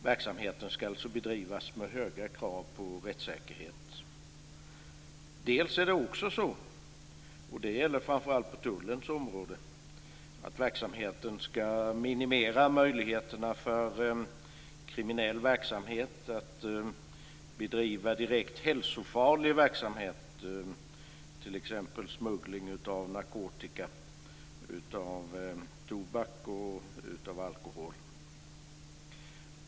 Verksamheten ska bedrivas med höga krav på rättssäkerhet. Dels är det också så - och det gäller framför allt på tullens område - att verksamheten ska minimera möjligheterna för kriminell verksamhet att bedriva direkt hälsofarlig verksamhet, t.ex. smuggling av narkotika, av tobak och av alkohol.